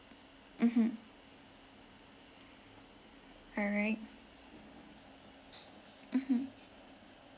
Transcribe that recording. mmhmm all right mmhmm